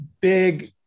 big